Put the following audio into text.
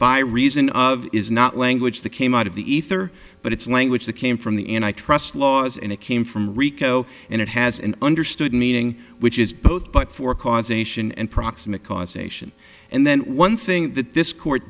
by reason of is not language that came out of the ether but it's language that came from the in i trust laws and it came from rico and it has an understood meaning which is both but for causation and proximate cause nation and then one thing that this court